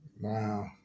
Wow